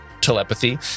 telepathy